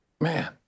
man